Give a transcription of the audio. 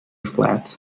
flat